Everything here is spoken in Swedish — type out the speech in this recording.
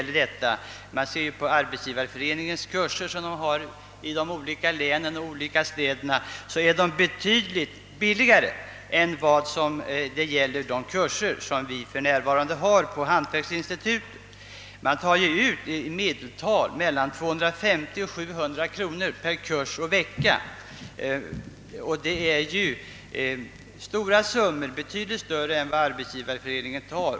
Exempelvis är Arbetsgivareföreningens kurser i de olika länen och städerna mycket billigare än de kurser som för närvarande hålles på hantverksinstitutet. Vid det sistnämnda tar man ut mellan 250 och 700 kronor per kurs och vecka. Det är betydligt större avgifter än vad Arbetsgivareföreningen tar.